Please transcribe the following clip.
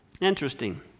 Interesting